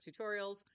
tutorials